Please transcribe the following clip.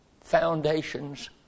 foundations